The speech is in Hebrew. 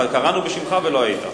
קראנו בשמך ולא היית.